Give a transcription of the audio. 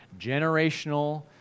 generational